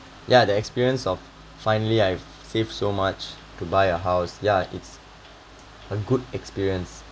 ya the experience of finally I have saved so much to buy a house yeah it's a good experience